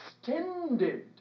extended